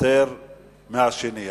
יותר מהשני.